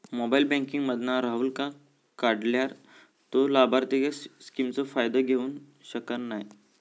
mobile banking मधना राहूलका काढल्यार तो लाभार्थींच्या स्किमचो फायदो घेऊ शकना नाय